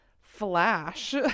flash